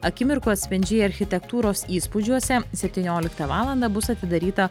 akimirkų atspindžiai architektūros įspūdžiuose septynioliktą valandą bus atidaryta